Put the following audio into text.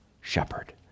shepherd